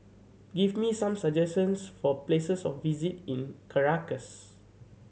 give me some suggestions for places of visit in Caracas